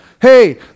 Hey